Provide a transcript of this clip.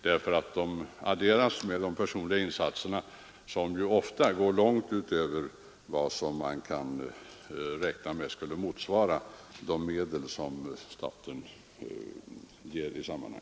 Anslagen adderas ju med de personliga insatserna, som ofta går långt utöver vad som skulle motsvaras av de medel som staten ställer till förfogande.